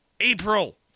April